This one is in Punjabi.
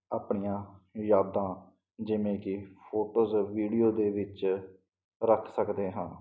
ਆਪਣੀਆਂ ਯਾਦਾਂ ਜਿਵੇਂ ਕਿ ਫੋਟੋਸ ਵੀਡੀਓ ਦੇ ਵਿੱਚ ਰੱਖ ਸਕਦੇ ਹਾਂ